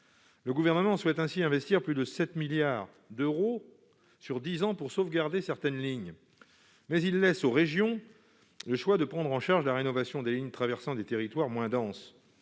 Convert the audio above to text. le gouvernement souhaite ainsi investir plus de 7 milliards d'euros sur 10 ans pour sauvegarder certaines lignes, mais il laisse aux régions, le choix de prendre en charge la rénovation des lignes traversant des territoires moins denses,